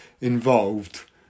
involved